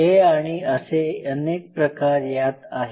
हे आणि असे अनेक प्रकार यात आहेत